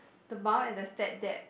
the mum and the step dad